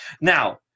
Now